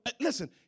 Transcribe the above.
listen